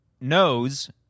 knows